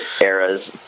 eras